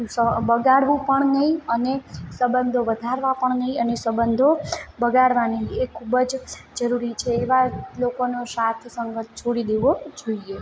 સ બગાડવું પણ નહીં અને સંબંધો વધારવા પણ નહીં અને સંબંધો બગાડવા નહીં એ ખૂબ જ જરૂરી છે એવા લોકોનો સાથ સંગત છોડી દેવો જોઇએ